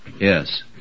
Yes